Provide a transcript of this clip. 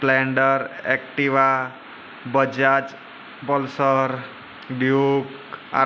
Splendor Activa Bajaj Pulsar Duke આ